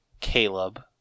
Caleb